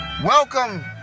Welcome